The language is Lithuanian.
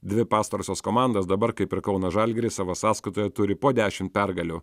dvi pastarosios komandos dabar kaip ir kauno žalgiris savo sąskaitoje turi po dešimt pergalių